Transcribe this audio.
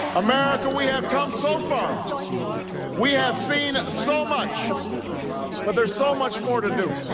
america we have come so far we have seen so much but there's so much more to do